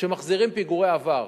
שמחזירות פיגורי עבר.